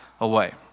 away